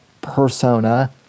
persona